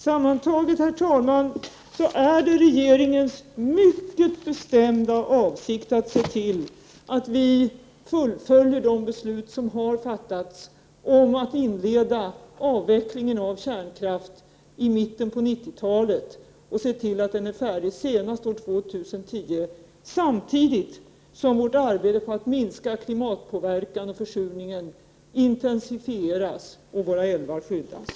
Sammantaget, herr talman, är det regeringens mycket bestämda avsikt att se till att vi fullföljer de beslut som har fattats om att inleda avvecklingen av kärnkraft i mitten av 90-talet och se till att den är färdig senast år 2010, samtidigt som vårt arbete på att minska klimatpåverkan och försurning intensifieras och våra älvar skyddas.